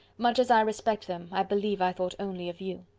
much as i respect them, i believe i thought only of you.